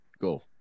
go